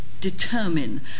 determine